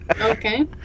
Okay